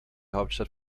hauptstadt